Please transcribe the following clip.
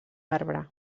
arbre